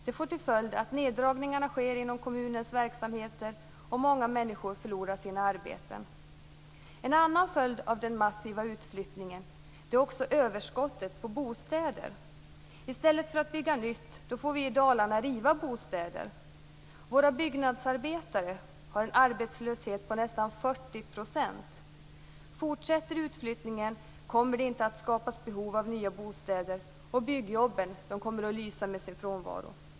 Det får till följd att neddragningar sker inom kommunernas verksamheter och många människor förlorar sina arbeten. En annan följd av den massiva utflyttningen är överskottet på bostäder. I stället för att bygga nytt får vi i Dalarna riva bostäder. Bland våra byggnadsarbetare finns en arbetslöshet på nästan 40 %. Fortsätter utflyttningen kommer det inte att skapas behov av nya bostäder, och byggjobben kommer att lysa med sin frånvaro.